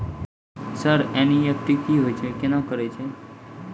Sir NEFT की होय छै, केना करे छै?